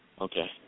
Okay